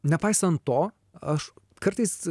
nepaisant to aš kartais